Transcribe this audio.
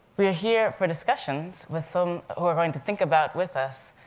we are here for discussions with some who are going to think about with us,